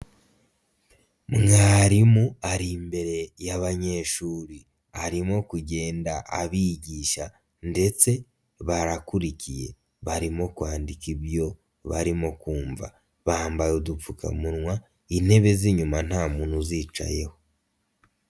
Mwarimu ari imbere y'abanyeshuri, arimo kugenda abigisha ndetse barakurikiye, barimo kwandika ibyo barimo kumva, bambaye udupfukamunwa, intebe z'inyuma nta muntu uzicayeho.